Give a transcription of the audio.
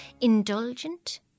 indulgent